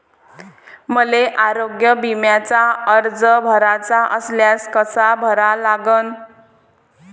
मले आरोग्य बिम्याचा अर्ज भराचा असल्यास कसा भरा लागन?